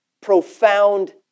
profound